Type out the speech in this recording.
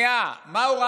הוא לא אמר את זה, שנייה.